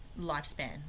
lifespan